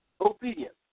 Obedience